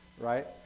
Right